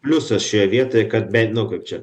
pliusas šioje vietoje kad bent nu kaip čia